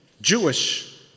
Jewish